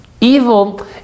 Evil